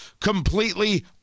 completely